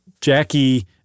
Jackie